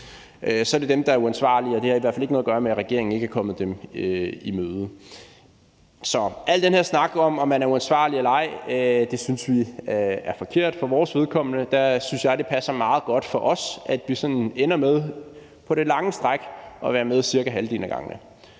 så er det dem, der er uansvarlige, og det har i hvert fald ikke noget at gøre med, at regeringen ikke er kommet dem i møde. Så al den her snak om, om man er uansvarlig eller ej, synes vi er forkert. For vores vedkommende synes jeg det passer meget godt for os, at vi sådan ender med på det lange stræk at være med cirka halvdelen af gangene.